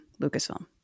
Lucasfilm